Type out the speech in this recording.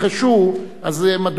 מדוע להרוס אותם?